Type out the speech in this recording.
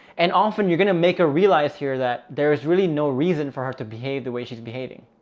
and often you're going to make a realize here that there's really no reason for her to behave the way she's behaving.